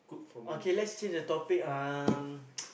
okay let's change the topic um